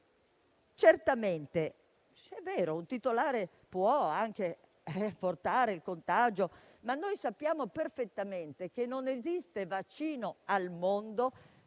perché è vero che un titolare può anche portare il contagio; ma noi sappiamo perfettamente che non esiste vaccino al mondo